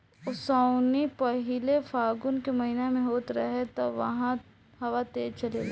ओसौनी पहिले फागुन के महीना में होत रहे तब हवा तेज़ चलेला